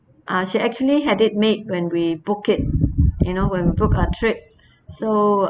ah she actually had it make when we book it you know when we book her trip so